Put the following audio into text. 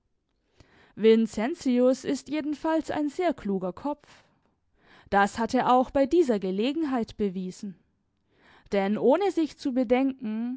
vincentius ist jedenfalls ein sehr kluger kopf das hat er auch bei dieser gelegenheit bewiesen denn ohne sich zu bedenken